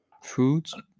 foods